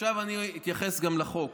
ועכשיו אני אתייחס גם לחוק.